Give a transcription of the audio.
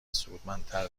سودمندتر